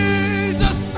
Jesus